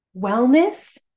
wellness